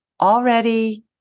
already